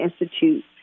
Institute